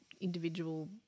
individual